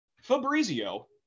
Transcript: Fabrizio